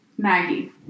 Maggie